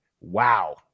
wow